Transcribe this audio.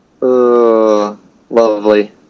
Lovely